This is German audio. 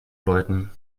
läuten